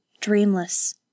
dreamless